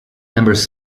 members